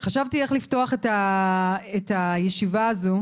חשבתי איך לפתוח את הישיבה הזו,